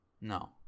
No